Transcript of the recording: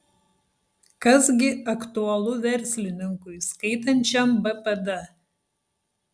kas gi aktualu verslininkui skaitančiam bpd